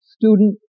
student